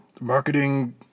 marketing